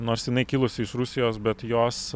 nors jinai kilusi iš rusijos bet jos